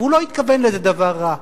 והוא לא התכוון לאיזה דבר רע,